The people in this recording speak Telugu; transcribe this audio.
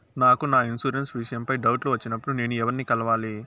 నాకు నా ఇన్సూరెన్సు విషయం పై డౌట్లు వచ్చినప్పుడు నేను ఎవర్ని కలవాలి?